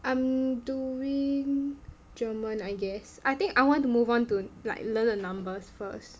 I'm doing German I guess I think I want to move on to like learn the numbers first